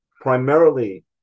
primarily